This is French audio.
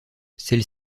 celle